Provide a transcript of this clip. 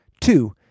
Two